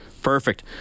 perfect